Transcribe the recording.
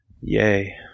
Yay